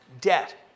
debt